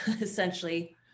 essentially